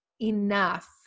enough